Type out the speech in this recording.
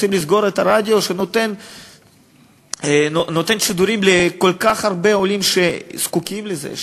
רוצים לסגור את הרדיו שמעלה שידורים לכל כך הרבה עולים שזקוקים לזה,